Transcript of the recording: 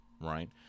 right